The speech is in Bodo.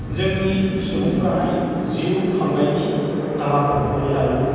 जोंनि सुबुंफोराहाय जिउ खांनायनि राहाफोरखौहाय लायोमोन